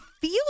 feel